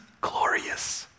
glorious